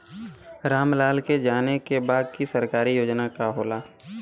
राम लाल के जाने के बा की सरकारी योजना का होला?